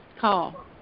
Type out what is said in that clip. call